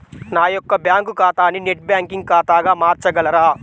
నా యొక్క బ్యాంకు ఖాతాని నెట్ బ్యాంకింగ్ ఖాతాగా మార్చగలరా?